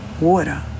water